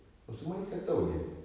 oh semua ini satu tahun saja